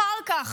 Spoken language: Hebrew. אחר כך,